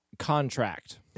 Contract